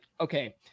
okay